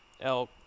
elk